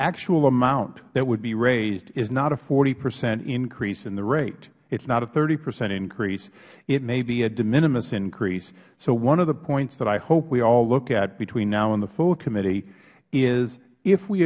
actual amount that would be raised is not a forty percent increase in the rate it is not a thirty percent increase it may be a de minimis increase so one of the points that i hope we all look at between now and the full committee is if we